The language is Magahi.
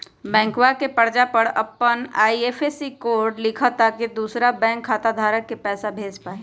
बैंकवा के पर्चा पर अपन आई.एफ.एस.सी कोड लिखा ताकि तु दुसरा बैंक खाता धारक के पैसा भेज पा हीं